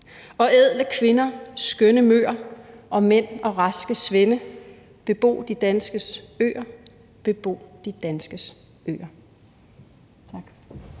og ædle kvinder, skønne mø'r/ og mænd og raske svende/ bebo de danskes øer/ bebo de danskes øer.«